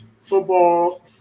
football